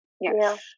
yes